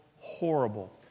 horrible